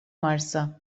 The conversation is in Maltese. marsa